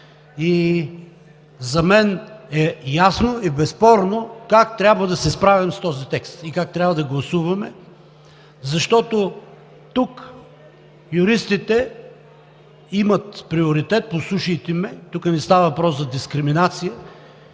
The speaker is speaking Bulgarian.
За мен е ясно и безспорно как трябва да се справим с този текст и как трябва да гласуваме, защото тук юристите имат приоритет. Послушайте ме, тук не става въпрос за дискриминация